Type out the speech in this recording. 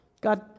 God